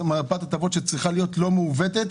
מפת הטבות שצריכה להיות לא מעוותת.